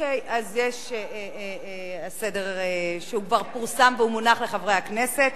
יש סדר-יום שכבר פורסם והוא מונח אצל חברי הכנסת,